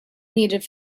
needed